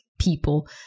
people